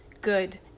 good